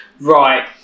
Right